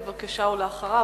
ולאחריו,